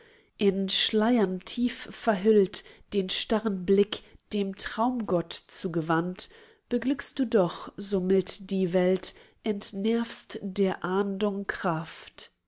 in schleiern tief verhüllt den starren blick dem traumgott zugewandt beglückst du doch so mild die welt entnervst der ahndung kraft